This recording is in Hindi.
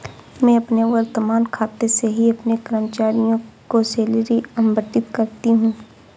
मैं अपने वर्तमान खाते से ही अपने कर्मचारियों को सैलरी आबंटित करती हूँ